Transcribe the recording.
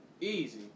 Easy